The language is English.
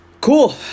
Cool